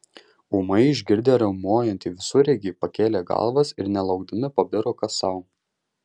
ūmai išgirdę riaumojantį visureigį pakėlė galvas ir nelaukdami pabiro kas sau